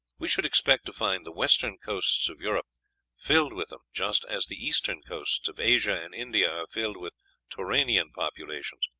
we should expect to find the western coasts of europe filled with them, just as the eastern coasts of asia and india are filled with turanian populations.